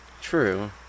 True